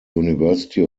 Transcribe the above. university